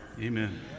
Amen